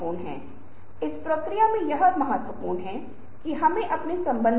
दूसरी ओर आज की वास्तविकता मे देखना विश्वास नहीं हो रहा है हम भ्रम की दुनिया में रहते हैं